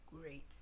great